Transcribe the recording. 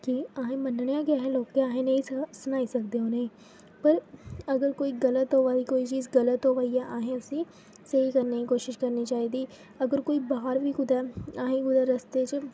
की अहें मन्नेआ की अहें लोह्के आं अहें ई निं सनाई सकदे उ'नें ई पर अगर कोई गलत होवा दी कोई चीज़ गलत होवा दी ऐ ते असें उसी स्हेई करने दी कोशिश करनी चाहिदी अगर कोई बाहर बी कुदै अहें ई रस्ते च